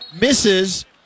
misses